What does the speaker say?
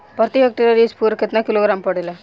प्रति हेक्टेयर स्फूर केतना किलोग्राम पड़ेला?